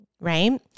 right